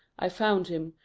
i found him,